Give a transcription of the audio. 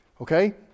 Okay